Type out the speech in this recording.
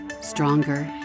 stronger